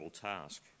task